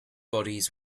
bodies